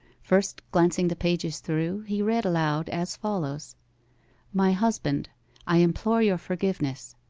first glancing the pages through, he read aloud as follows my husband i implore your forgiveness.